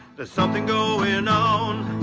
there's something going on.